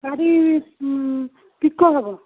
ଶାଢ଼ି ପିକୋ ହେବ